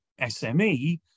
SME